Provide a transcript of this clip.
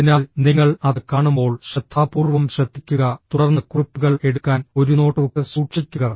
അതിനാൽ നിങ്ങൾ അത് കാണുമ്പോൾ ശ്രദ്ധാപൂർവ്വം ശ്രദ്ധിക്കുക തുടർന്ന് കുറിപ്പുകൾ എടുക്കാൻ ഒരു നോട്ട്ബുക്ക് സൂക്ഷിക്കുക